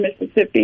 Mississippi